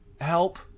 Help